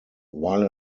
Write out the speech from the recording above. while